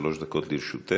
שלוש דקות לרשותך.